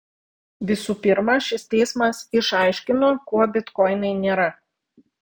visų pirma šis teismas išaiškino kuo bitkoinai nėra